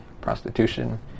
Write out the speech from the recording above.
prostitution